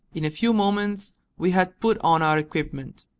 in a few moments we had put on our equipment.